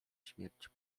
śmierć